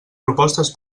propostes